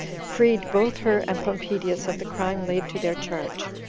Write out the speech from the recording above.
freed both her and pompedius of the crime laid to their charge.